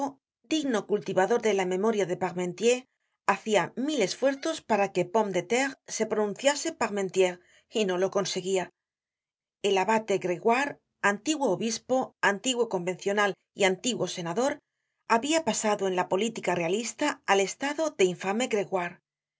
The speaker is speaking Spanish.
digno cultivador de la memoria de parmentier hacia mil esfuerzos para que pomme de terre se pronunciase parmentiere y no lo conseguia el abate gregoire antiguo obispo antiguó convencional y antiguo senador habia pasado en la política realista al estado de infame